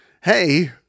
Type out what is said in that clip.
hey